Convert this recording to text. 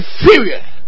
inferior